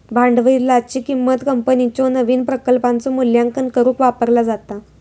भांडवलाची किंमत कंपनीच्यो नवीन प्रकल्पांचो मूल्यांकन करुक वापरला जाता